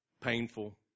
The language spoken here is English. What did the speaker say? painful